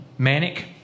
Manic